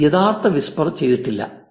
എന്നാൽ യഥാർത്ഥ വിസ്പർ ചെയ്തിട്ടില്ല